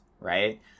right